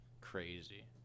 crazy